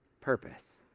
purpose